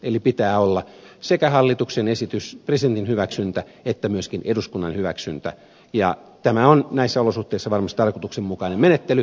eli pitää olla sekä hallituksen esitys presidentin hyväksyntä että myöskin eduskunnan hyväksyntä ja tämä on näissä olosuhteissa varmasti tarkoituksenmukainen menettely